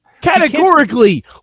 Categorically